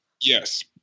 Yes